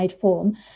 form